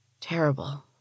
Terrible